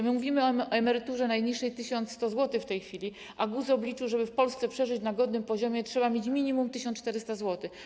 My mówimy o emeryturze najniższej 1100 zł w tej chwili, a GUS obliczył: żeby w Polsce przeżyć na godnym poziomie, trzeba mieć minimum 1400 zł.